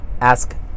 ask